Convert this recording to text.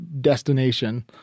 destination